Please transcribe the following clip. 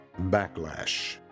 Backlash